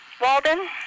Walden